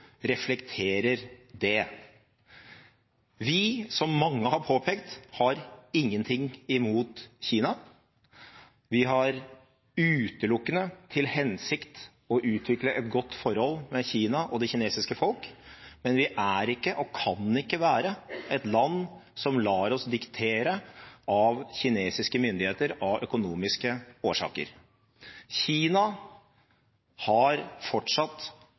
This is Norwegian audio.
reflekterer det. Vi har, som mange har påpekt, ingenting imot Kina. Vi har utelukkende til hensikt å utvikle et godt forhold med Kina og det kinesiske folk, men vi er ikke, og kan ikke være, et land som lar oss diktere av kinesiske myndigheter av økonomiske årsaker. Kina har fortsatt